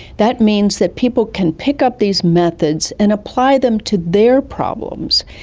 that means that people can pick up these methods and apply them to their problems.